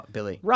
Billy